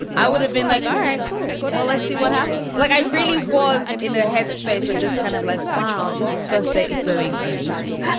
and i would have been like, all right, cool. well, let's see what happens. like, i really was in a headspace of just kind of like, wow, this first day is going amazing.